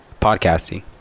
podcasting